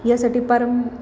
यासाठी परम